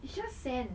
it's just sand